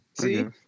See